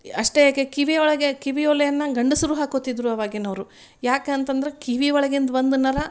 ಅಷ್ಟೇ ಯಾಕೆ ಕಿವಿಯೊಳಗೆ ಕಿವಿ ಓಲೆಯನ್ನು ಗಂಡಸರು ಹಾಕೋತಿದ್ರು ಆವಾಗಿನವರು ಯಾಕಂತಂದ್ರೆ ಕಿವಿ ಒಳಗಿಂದು ಒಂದು ನರ